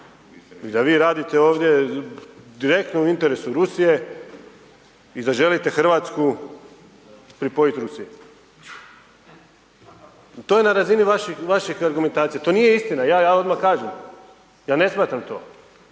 I da vi radite ovdje direktno u interesu Rusije i da želite Hrvatsku pripojiti Rusiji. To je na razini vaših argumentacija, to nije istina, ja odmah kažem, ja ne smatram to